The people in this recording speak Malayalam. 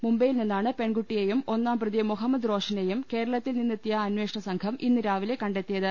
മുബൈയിൽ നിന്നാണ് പെൺകുട്ടിയെയും ഒന്നാം പ്രതി മുഹമ്മദ് റോഷനേയും കേരളത്തിൽ നിന്നെത്തിയ അന്വേഷണ സംഘം ഇന്ന് രാവിലെ കണ്ടെത്തിയത്